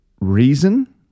reason